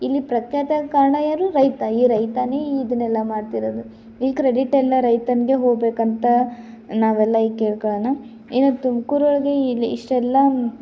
ಇಲ್ಲಿ ಪ್ರಖ್ಯಾತ ಕಾರಣ ಯಾರು ರೈತ ಈ ರೈತಾನೆ ಇದನ್ನೆಲ್ಲ ಮಾಡ್ತಿರೋದು ಈ ಕ್ರೆಡಿಟ್ ಎಲ್ಲ ರೈತನಿಗೆ ಹೋಗಬೇಕಂತ ನಾವೆಲ್ಲ ಈಗ ಕೇಳಿಕೊಳ್ಳೋಣ ಇವತ್ತು ತುಮ್ಕೂರು ಒಳಗೆ ಇಷ್ಟೆಲ್ಲ